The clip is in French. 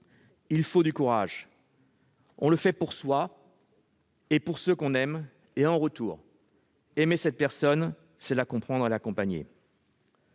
il faut du courage. On le fait pour soi-même et pour ceux qu'on aime. En retour, aimer cette personne, c'est la comprendre et l'accompagner.